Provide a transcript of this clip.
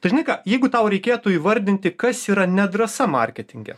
tu žinai ką jeigu tau reikėtų įvardinti kas yra nedrąsa marketinge